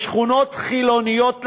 בשכונות חילוניות לחלוטין,